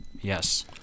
Yes